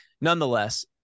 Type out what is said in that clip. nonetheless